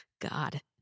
God